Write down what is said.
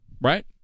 right